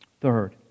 Third